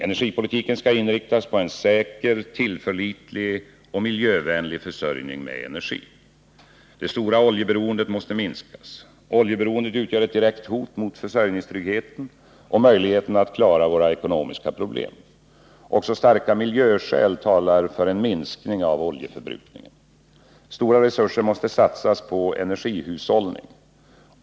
Energipolitiken skall inriktas på en säker, tillförlitlig och miljövänlig försörjning med energi. Det stora oljeberoendet måste minskas. Oljeberoendet utgör ett direkt hot mot försörjningstryggheten och möjligheterna att klara våra ekonomiska problem. Även starka miljöskäl talar för en minskning av oljeförbrukningen. Stora resurser måste satsas på energihushållning.